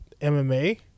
MMA